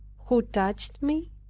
who touched me?